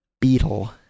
Beetle